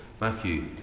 Matthew